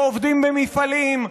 שעובדים במפעלים,